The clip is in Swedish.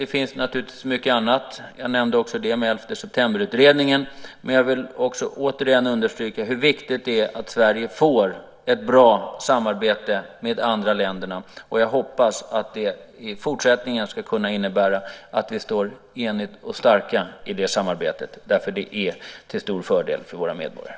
Det finns naturligtvis mycket annat. Jag nämnde också 11 september-utredningen, men jag vill återigen understryka hur viktigt det är att Sverige får ett bra samarbete med de andra länderna. Jag hoppas att det i fortsättningen ska kunna innebära att vi står enade och starka i det samarbetet, därför att det är till stor fördel för våra medborgare.